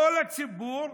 כל הציבור,